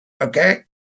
okay